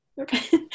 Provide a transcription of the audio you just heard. Okay